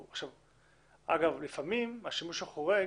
אגב, לפעמים השימוש החורג